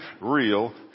real